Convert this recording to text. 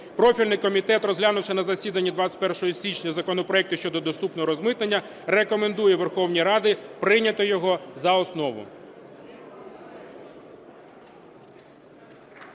Профільний комітет, розглянувши на засіданні 21 січня законопроекти щодо доступного розмитнення, рекомендує Верховній Раді прийняти його за основу.